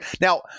Now